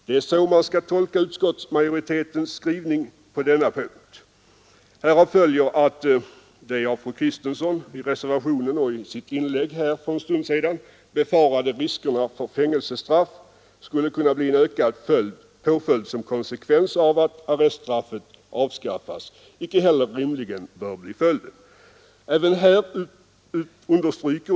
Det är så man skall tolka utskottsmajoritetens skrivning på denna punkt. Härav följer att de av fru Kristensson i reservationen och i hennes inlägg här för en stund sedan befarade riskerna att fängelsestraff skulle bli en ökad påföljd som konsekvens av att arreststraffet avskaffas inte heller rimligen kommer att bli verklighet.